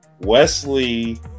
Wesley